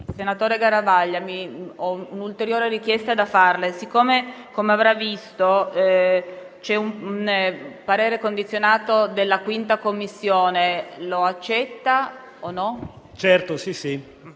Senatore Garavaglia, ho un'ulteriore richiesta da farle. Siccome, come avrà visto, c'è un parere condizionato della 5a Commissione, le chiedo se lo